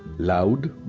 loud,